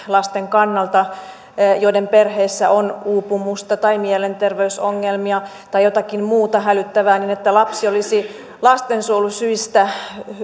lasten kannalta joiden perheessä on uupumusta tai mielenterveysongelmia tai jotakin muuta hälyttävää niin että lapsi olisi lastensuojelusyistä